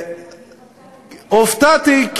הופתעתי,